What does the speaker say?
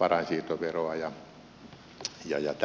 varainsiirtoveroa ja tällä tavalla yhdenmukaistaa nämä verot